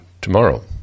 tomorrow